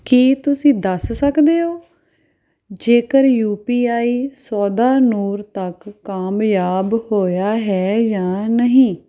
ਕੀ ਤੁਸੀਂਂ ਦੱਸ ਸਕਦੇ ਹੋ ਜੇਕਰ ਯੂ ਪੀ ਆਈ ਸੌਦਾ ਨੂਰ ਤੱਕ ਕਾਮਯਾਬ ਹੋਇਆ ਹੈ ਜਾਂ ਨਹੀਂ